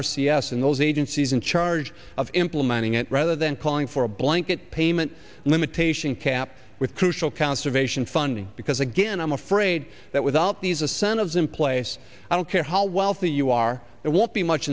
and those agencies in charge of implementing it rather than calling for a blanket payment limitation cap with crucial conservation funding because again i'm afraid that without these a cent of them place i don't care how wealthy you are it won't be much